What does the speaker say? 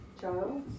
Charles